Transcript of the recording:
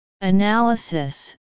Analysis